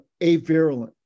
avirulent